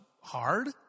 hard